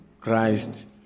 Christ